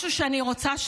משהו שאני רוצה,